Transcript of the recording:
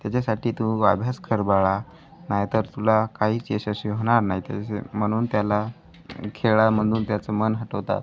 त्याच्यासाठी तू अभ्यास कर बाळा नाही तर तुला काही यशस्वी होणार नाही त्या म्हणून त्याला खेळा म्हणून त्याचं मन हटवतात